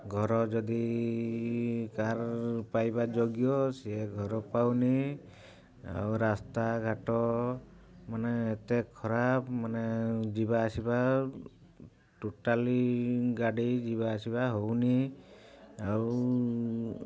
ଘର ଯଦି କାହାର ପାଇବା ଯୋଗ୍ୟ ସିଏ ଘର ପାଉନି ଆଉ ରାସ୍ତାଘାଟ ମାନେ ଏତେ ଖରାପ ମାନେ ଯିବା ଆସିବା ଟୋଟାଲି ଗାଡ଼ି ଯିବା ଆସିବା ହଉନି ଆଉ